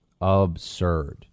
Absurd